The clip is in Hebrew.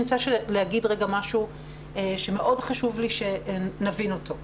אני רוצה להגיד משהו שמאוד חשוב לי שנבין אותו.